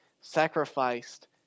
sacrificed